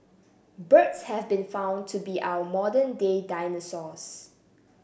birds have been found to be our modern day dinosaurs